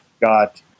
got